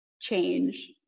change